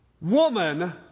Woman